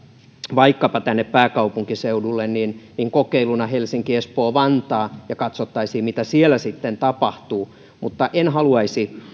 vaikkapa tänne pääkaupunkiseudulle kokeiluna helsinki espoo vantaa ja katsottaisiin mitä siellä sitten tapahtuu en haluaisi